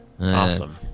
Awesome